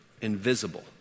invisible